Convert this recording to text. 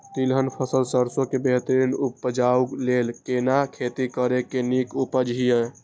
तिलहन फसल सरसों के बेहतरीन उपजाऊ लेल केना खेती करी जे नीक उपज हिय?